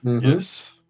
Yes